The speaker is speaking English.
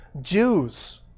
Jews